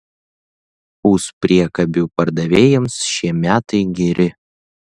puspriekabių pardavėjams šie metai geri